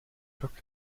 took